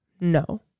No